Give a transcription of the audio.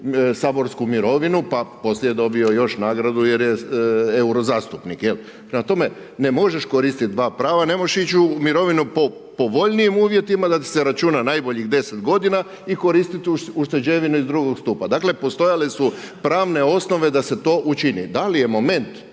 saborsku mirovinu pa poslije je dobio još nagradu jer je eurozastupnik. Prema tome ne možeš koristit dva prava, ne možeš ići u mirovinu po povoljnijim uvjetima da ti se računa najboljih 10 godina i koristiti ušteđevine iz II. stupa, dakle postojale su pravne osnove da se to učini. Da li je moment